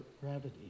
gravity